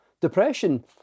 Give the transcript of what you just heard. depression